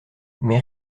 mais